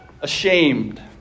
ashamed